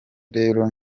rero